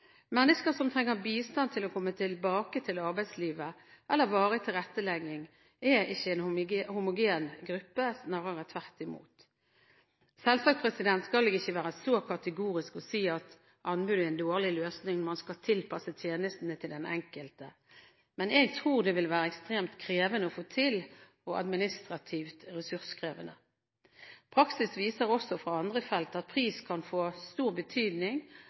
Mennesker som trenger bistand til å komme tilbake til arbeidslivet eller varig tilrettelegging, er ikke en homogen gruppe, snarere tvert imot. Selvsagt skal jeg ikke være så kategorisk og si at anbud er en dårlig løsning når man skal tilpasse tjenestene til den enkelte. Men jeg tror det vil være ekstremt krevende å få til, og administrativt ressurskrevende. Praksis viser også fra andre felt at pris kan få stor betydning,